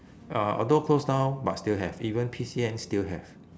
uh although close down but still have even P_C_N still have